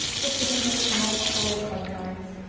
just looking over some old story club yarns.